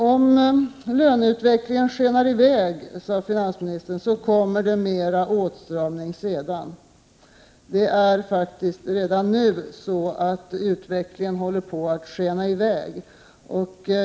Om löneutvecklingen skenar i väg, sade finansministern, blir det mera åtstramning sedan. Det är faktiskt redan nu så att utvecklingen håller på att skena i väg.